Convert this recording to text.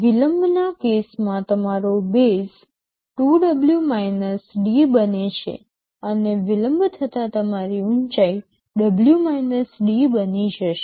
વિલંબના કેસમાં તમારો base 2W D બને છે અને વિલંબ થતાં તમારી ઉચાઈ W D બની જશે